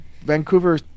Vancouver